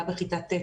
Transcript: מה בכיתה ט',